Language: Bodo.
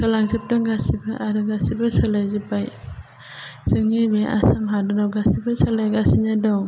सोलाय जोबदों गासिबो आरो गासिबो सोलायजोब्बाय जोंनि बे आसाम हादराव गासिबो सोलायगासिनो दं